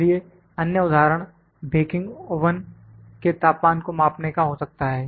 इसलिए अन्य उदाहरण बेकिंग ओवन के तापमान को मापने का हो सकता है